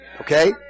Okay